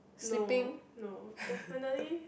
no no definitely